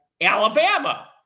alabama